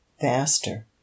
faster